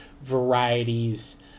varieties